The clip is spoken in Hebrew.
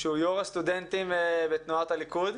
שהוא יושב ראש הסטודנטים בתנועת הליכוד.